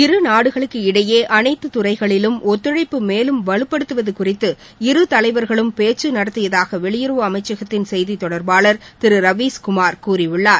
இருநாடுகளுக்கு இடையே அனைத்துத் துறைகளிலும் ஒத்துழைப்பு மேலும் வலுப்படுத்துவது குறித்து இரு தலைவர்களும் பேச்சு நடத்தியதாக வெளியுறவு அமைச்சகத்தின் செய்தி தொடர்பாளர் திரு ரவீஸ் குமார் கூறியுள்ளார்